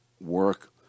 work